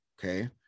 Okay